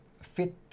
fit